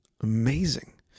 Amazing